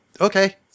okay